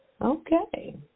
Okay